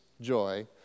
joy